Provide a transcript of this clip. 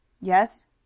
Yes